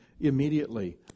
immediately